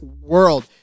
world